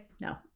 no